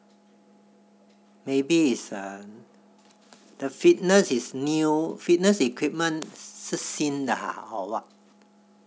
maybe it's uh the fitness is new fitness equipment 是新的啊 or what